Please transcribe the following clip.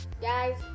Guys